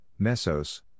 mesos